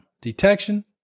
Detection